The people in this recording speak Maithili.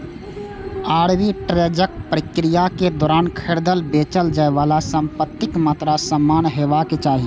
आर्बिट्रेजक प्रक्रियाक दौरान खरीदल, बेचल जाइ बला संपत्तिक मात्रा समान हेबाक चाही